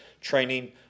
training